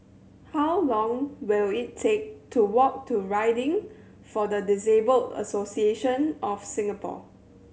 how long will it take to walk to Riding for the Disabled Association of Singapore